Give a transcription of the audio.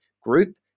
group